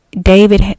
David